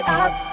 up